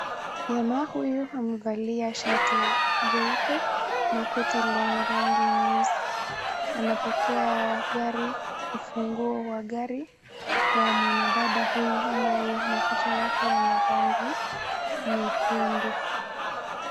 Jamaa huyu amevalia shati jeupe na koti lenye rangi nyeusi anapokea ufunguo wa gari kwa mwanadada huyu ambaye makucha yake yana rangi nyekundu.